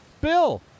Bill